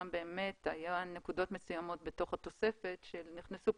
באמת היו נקודות מסוימות בתוך התוספת שנכנסו